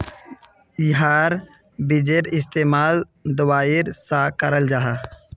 याहार बिजेर इस्तेमाल दवाईर सा कराल जाहा